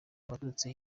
abaturutse